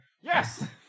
yes